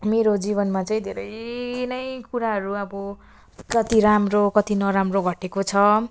मेरो जीवनमा चाहिँ धेरै नै कुराहरू अब कति राम्रो कति नराम्रो घटेको छ